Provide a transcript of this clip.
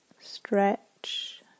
stretch